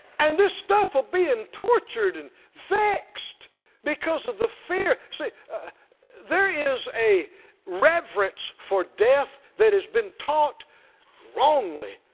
and this stuff of being tortured and vexed because of the fear. so ah there is a reverence for death that has been taught wrongly,